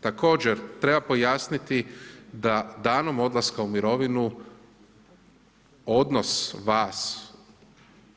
Također treba pojasniti da danom odlaska u mirovinu odnos vas